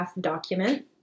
document